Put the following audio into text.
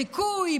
בחיקוי,